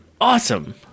Awesome